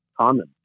common